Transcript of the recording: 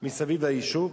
מסביב ליישוב.